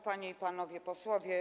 Panie i Panowie Posłowie!